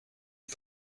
une